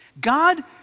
God